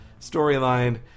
storyline